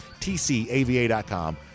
tcava.com